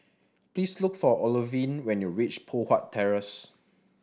please look for Olivine when you reach Poh Huat Terrace